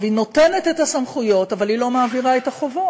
היא נותנת את הסמכויות אבל היא לא מעבירה את החובות,